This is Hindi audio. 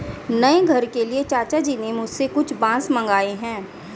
नए घर के लिए चाचा जी ने मुझसे कुछ बांस मंगाए हैं